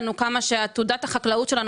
גם הפעימה הראשונה של שכר המינימום שנדחתה,